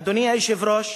אדוני היושב-ראש,